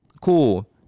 Cool